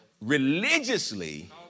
religiously